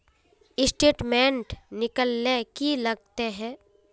Statement निकले ले की लगते है?